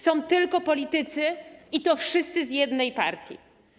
Są tylko politycy, i to wszyscy z jednej partii.